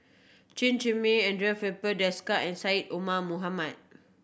Chen Zhiming Andre Filipe Desker and Syed Omar Mohamed